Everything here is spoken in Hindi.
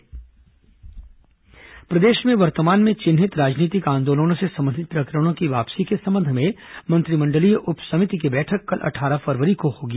प्रकरण वापसी प्रदेश में वर्तमान में चिन्हित राजनीतिक आंदोलनों से संबंधित प्रकरणों की वापसी के संबंध में मंत्रिमंडलीय उप समिति की बैठक कल अट्ठारह फरवरी को होगी